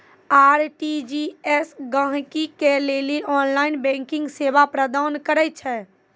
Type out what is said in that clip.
RTGS गहकि के लेली ऑनलाइन बैंकिंग सेवा प्रदान करै छै